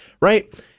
right